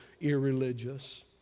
irreligious